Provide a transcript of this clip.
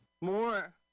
more